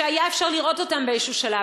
שהיה אפשר לראות אותן באיזה שלב.